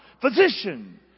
physician